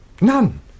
None